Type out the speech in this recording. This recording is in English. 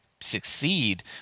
succeed